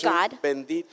God